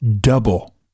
double